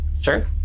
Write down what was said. Sure